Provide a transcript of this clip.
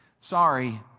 sorry